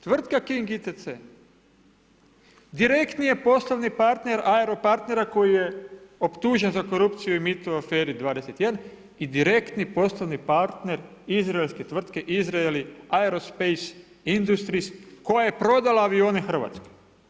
Tvrtka King ICT direktni je poslovni partner airo partnera koji je optužen za korupciju i mito aferi 21 i direktni poslovni partner izraelske tvrke, Izrael, airo space, industrija, koja je prodala avione Hrvatskoj.